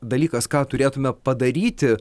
dalykas ką turėtume padaryti